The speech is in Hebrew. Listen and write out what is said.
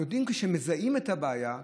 יודעים כשמזהים את הבעיה?